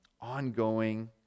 ongoing